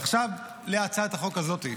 עכשיו להצעת החוק הזאת.